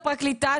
הפרקליטה,